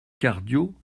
cadio